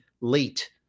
late